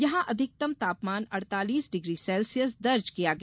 यहां अधिकतम तापमान अड़तालीस डिग्री सेल्सियस दर्ज किया गया